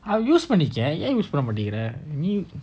அத:atha use பண்ணிக்கஏன்:pannika yen use பண்ணமாட்டேங்கற:panna maatenkura